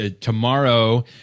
tomorrow